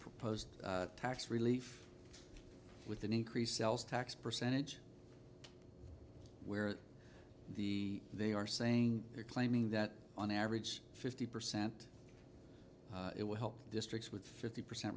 proposed tax relief with an increased sales tax percentage where the they are saying you're claiming that on average fifty percent it will help districts with fifty percent